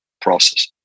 process